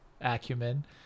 acumen